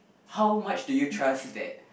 how much do you trust that